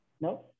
No